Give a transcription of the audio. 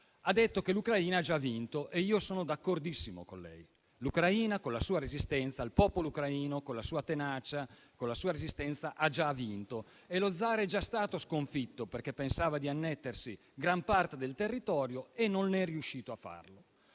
ha detto che l'Ucraina ha già vinto e sono d'accordissimo con lei. L'Ucraina - e il popolo ucraino - con la sua tenacia e la sua resistenza ha già vinto e lo zar è già stato sconfitto, perché pensava di annettersi gran parte del territorio e non è riuscito a farlo.